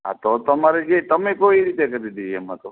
હા તો તમારે જે તમે કહો એ રીતે કરી દઈએ એમાં તો